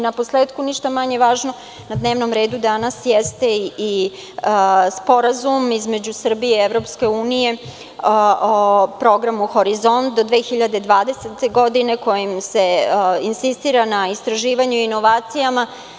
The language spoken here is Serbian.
Naposletku, ništa manje važno danas na dnevnom redu jeste i sporazum između Srbije i EU o programu Horizont 2020. godine kojim se insistira na istraživanju i inovacijama.